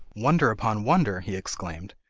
wonder upon wonder he exclaimed,